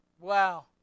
Wow